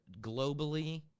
Globally